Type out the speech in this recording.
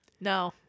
No